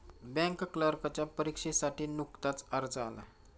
bank क्लर्कच्या परीक्षेसाठी नुकताच अर्ज आला